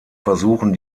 versuchen